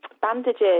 bandages